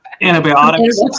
antibiotics